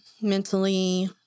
mentally